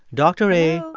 dr. a.